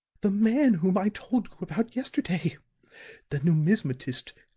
the man whom i told you about yesterday the numismatist,